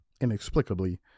inexplicably